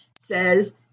says